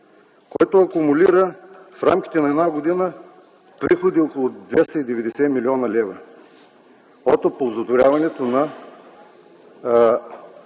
който акумулира в рамките на една година приходи от около 290 млн. лв. от оползотворяването на